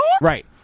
right